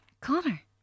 Connor